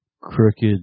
crooked